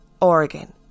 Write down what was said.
Oregon